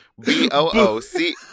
B-O-O-C-